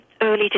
early